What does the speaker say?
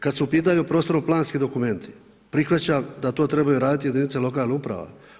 Kada su u pitanju prostorno planski dokumenti prihvaćam da to trebaju jedinice lokalnih uprava.